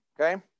Okay